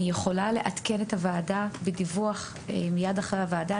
אני יכולה לעדכן את הוועדה בדיווח מייד אחרי הוועדה,